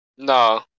No